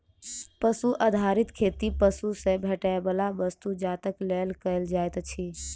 पशु आधारित खेती पशु सॅ भेटैयबला वस्तु जातक लेल कयल जाइत अछि